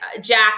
Jack